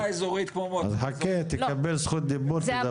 אז חכה תקבל זכות דיבור תדבר.